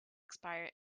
expire